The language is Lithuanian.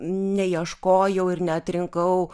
neieškojau ir neatrinkau